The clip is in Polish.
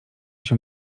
się